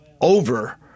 over